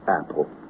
Apple